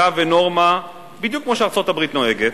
קו ונורמה בדיוק כמו שארצות-הברית נוהגת,